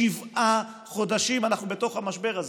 שבעה חודשים אנחנו בתוך המשבר הזה.